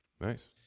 Nice